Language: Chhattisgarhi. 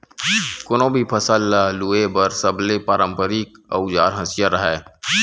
कोनो भी फसल ल लूए बर सबले पारंपरिक अउजार हसिया हरय